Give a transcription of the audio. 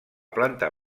planta